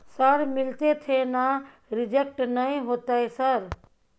Sir मिलते थे ना रिजेक्ट नय होतय सर?